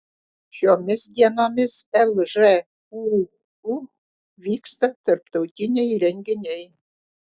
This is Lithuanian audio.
šiomis dienomis lžūu vyksta tarptautiniai renginiai